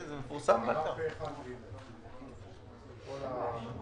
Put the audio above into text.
חוק היסוד ההוראה שאתם ביקשתם להוסיף כרגע ונוספה,